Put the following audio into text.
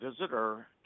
visitor